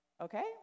okay